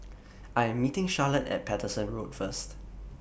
I'm meeting Charlotte At Paterson Road First